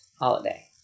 holiday